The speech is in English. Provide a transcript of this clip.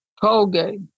Colgate